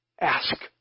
Ask